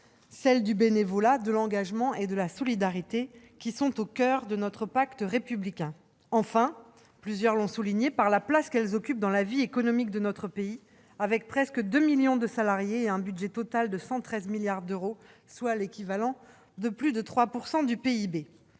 celles du bénévolat, de l'engagement et de la solidarité, qui sont au coeur de notre pacte républicain ; enfin- plusieurs l'ont souligné -, par la place qu'elles occupent dans la vie économique de notre pays, avec presque 2 millions de salariés et un budget total de 113 milliards d'euros, soit l'équivalent de plus de 3 % du PIB.